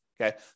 Okay